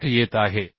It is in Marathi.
8येत आहे